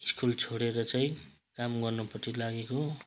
school छोडेर चाहिँ काम गर्नुपट्टि लागेको